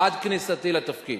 עד כניסתי לתפקיד.